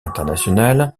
international